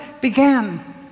began